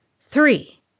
three